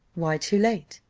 why too late?